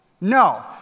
No